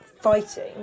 fighting